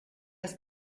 das